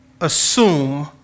assume